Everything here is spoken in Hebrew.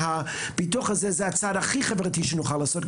הביטוח הזה הוא הצעד הכי חברתי שנוכל לעשות,